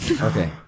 Okay